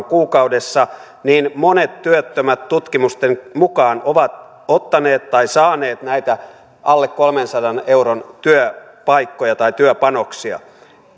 kuukaudessa työttömyysturvaan niin monet työttömät tutkimusten mukaan ovat ottaneet tai saaneet näitä alle kolmensadan euron työpaikkoja tai työpanoksia